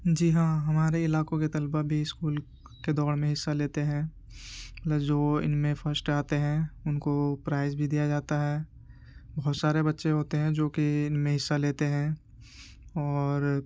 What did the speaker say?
جی ہاں ہمارے علاقوں کے طلبہ بھی اسکول کے دوڑ میں حصہ لیتے ہیں پلس جو ان میں فسٹ آتے ہیں ان کو پرائز بھی دیا جاتا ہے بہت سارے بچے ہوتے ہیں جوکہ ان میں حصہ لیتے ہیں اور